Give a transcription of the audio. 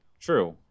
true